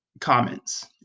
comments